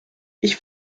ich